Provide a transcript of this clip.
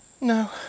No